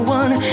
one